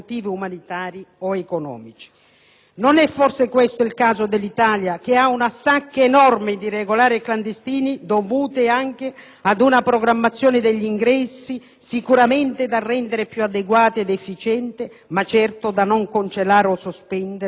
Non è forse questo il caso dell'Italia che ha una sacca enorme di irregolari e clandestini dovuta anche ad una programmazione degli ingressi sicuramente da rendere più adeguata ed efficiente, ma certo da non congelare o sospendere come proposto dal Governo?